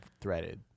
threaded